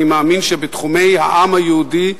אני מאמין שבתחומי העם היהודי,